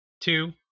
two